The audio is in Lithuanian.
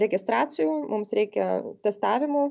registracijų mums reikia testavimų